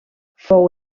fou